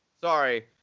Sorry